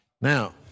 Now